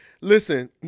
listen